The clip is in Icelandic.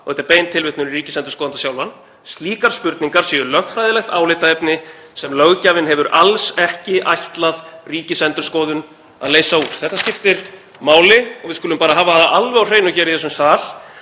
og þetta er bein tilvitnun í ríkisendurskoðanda sjálfan, séu lögfræðilegt álitaefni sem löggjafinn hafi alls ekki ætlað Ríkisendurskoðun að leysa úr. Þetta skiptir máli. Við skulum hafa það alveg á hreinu hér í þessum sal